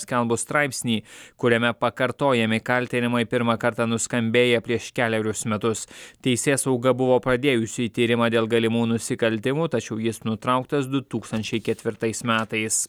paskelbus straipsnį kuriame pakartojami kaltinimai pirmą kartą nuskambėję prieš kelerius metus teisėsauga buvo pradėjusi tyrimą dėl galimų nusikaltimų tačiau jis nutrauktas du tūkstančiai ketvirtais metais